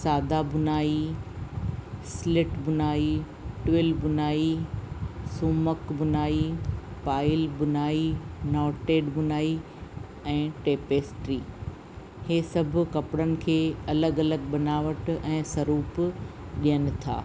सादा बुनाई स्लिट बुनाई ट्विल बुनाई सोमक बुनाई पायल बुनाई नॉटिड बुनाई ऐं टेपेस्ट्री हीअ सभु कपिड़नि खे अलग अलग बनावट ऐं सरुप ॾियनि था